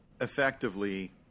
effectively